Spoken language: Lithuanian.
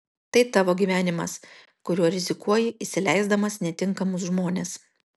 tai tavo gyvenimas kuriuo rizikuoji įsileisdamas netinkamus žmones